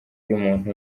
iy’umuntu